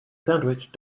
sandwich